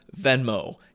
Venmo